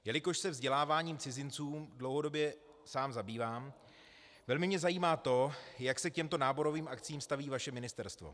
Jelikož se vzděláváním cizinců dlouhodobě sám zabývám, velmi mě zajímá to, jak se k těmto náborovým akcím staví vaše ministerstvo.